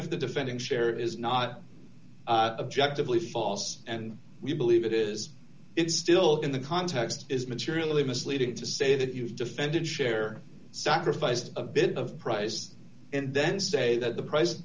if the defendant share is not objective lee false and you believe it is it still in the context is materially misleading to say that you've defended share sacrificed a bit of prize and then say that the pri